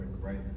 right